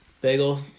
bagel